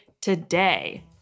today